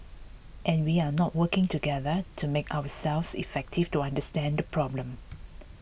and we are not working together to make ourselves effective to understand the problem